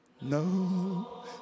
No